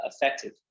effective